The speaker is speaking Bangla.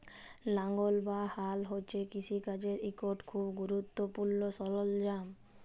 লাঙ্গল বা হাল হছে কিষিকাজের ইকট খুব গুরুত্তপুর্ল সরল্জাম